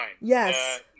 Yes